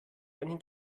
einen